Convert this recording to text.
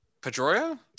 Pedroia